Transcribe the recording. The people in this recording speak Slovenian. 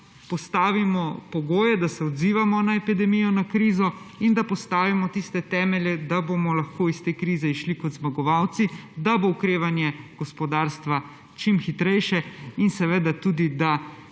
postavimo pogoje, da se odzivamo na epidemijo, na krizo in da postavimo tiste temelje, da bomo lahko iz te krize izšli kot zmagovalci, da bo okrevanje gospodarstva čim hitrejše in seveda tudi da